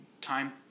time